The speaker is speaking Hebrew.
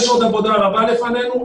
יש עוד עבודה רבה לפנינו,